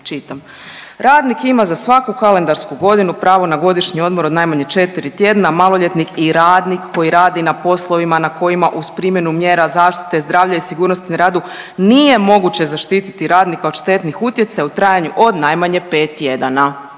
Radnik ima za svaku kalendarsku godinu pravo na godišnji odmor od najmanje 4 tjedna, a maloljetnik i radnik koji radi na poslovima na kojima uz primjernu mjera zaštite zdravlja i sigurnosti na radu nije moguće zaštiti radnika od štetnih utjecaja u trajanju od najmanje 5 tjedana.